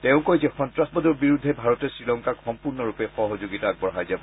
তেওঁ কয় যে সন্ত্ৰাসবাদৰ বিৰুদ্ধে ভাৰতে শ্ৰীলংকাক সম্পূৰ্ণ ৰূপে সহযোগিতা আগবঢ়াই যাব